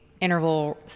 interval